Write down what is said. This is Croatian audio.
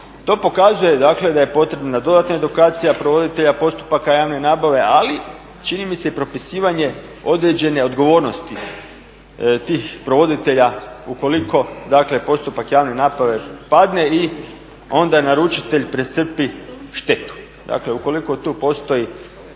To pokazuje dakle da je potrebna dodatna edukacija provoditelja postupaka javne nabave ali čini mi se i propisivanje određene odgovornosti tih provoditelja ukoliko dakle postupak javne nabave padne i onda naručitelj pretrpi štetu. Dakle ukoliko tu postoje